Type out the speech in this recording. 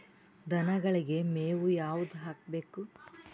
ದನಗಳಿಗೆ ಮೇವು ಯಾವುದು ಹಾಕ್ಬೇಕು?